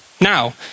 Now